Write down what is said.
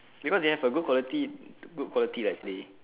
because they have a good quality good quality uh actually